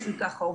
פשוט ככה.